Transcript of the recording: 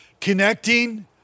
connecting